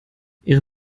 ihre